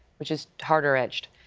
which is harder-edged.